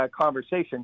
conversation